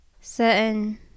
certain